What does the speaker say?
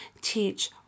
teach